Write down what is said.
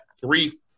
three